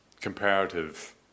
comparative